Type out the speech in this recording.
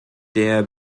der